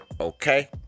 Okay